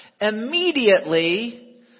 Immediately